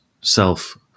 self